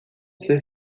ser